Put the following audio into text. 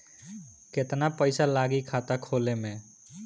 केतना पइसा लागी खाता खोले में?